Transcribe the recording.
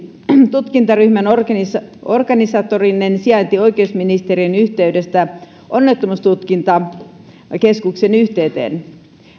tutkintaryhmän organisatorinen organisatorinen sijainti oikeusministeriön yhteydestä onnettomuustutkintakeskuksen yhteyteen